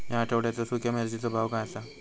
या आठवड्याचो सुख्या मिर्चीचो भाव काय आसा?